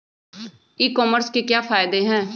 ई commerce के क्या फायदे हैं?